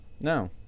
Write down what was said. No